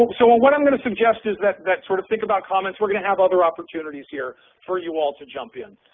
so ah what i'm going to suggest is that that sort of think about comments. we're going to have all the opportunities here for you all to jump in.